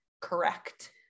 correct